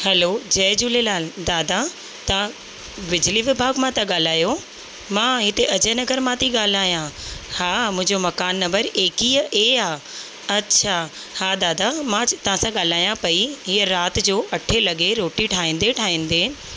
hello Jai Jhulelal दादा तव्हां बिजली विभाग मां था ॻाल्हायो मां हिते अजय नगर मां थी ॻाल्हायां हा मुंहिंजो मकान नम्बर एकवीह ऐ आहे अच्छा हा दादा मां तव्हां सां ॻाल्हायां पई हीअ राति जो अठे लॻे रोटी ठाहींदे ठाहींदे